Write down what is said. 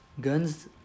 Guns